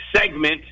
segment